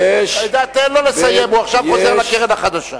תן לו לסיים, הוא עכשיו חוזר לקרן החדשה.